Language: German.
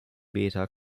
beta